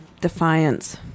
defiance